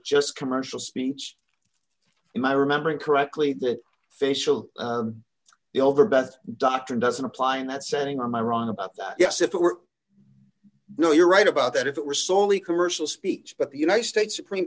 just commercial speech am i remembering correctly that facial the over beth doctrine doesn't apply in that setting or my wrong about that yes if it were no you're right about that if it were solely commercial speech but the united states supreme